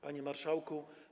Panie Marszałku!